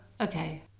okay